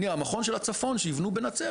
המכון של הצפון שיבנו בנצרת,